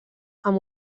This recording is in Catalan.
amb